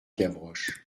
gavroche